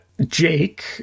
jake